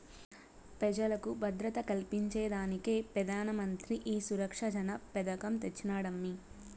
పెజలకు భద్రత కల్పించేదానికే పెదానమంత్రి ఈ సురక్ష జన పెదకం తెచ్చినాడమ్మీ